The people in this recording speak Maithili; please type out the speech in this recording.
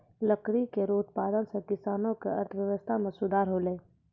लकड़ी केरो उत्पादन सें किसानो क अर्थव्यवस्था में सुधार हौलय